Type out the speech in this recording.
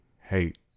hate